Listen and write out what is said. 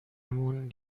مون